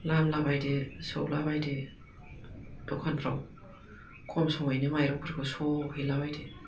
लामलाबायदो सौलाबायदो दखानफ्राव खम समावनो माइरंफोरखौ स' हैलाबायदो